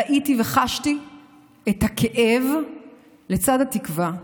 ראיתי וחשתי את הכאב לצד התקווה,